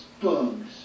bugs